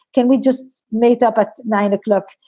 can we just made up at nine o'clock?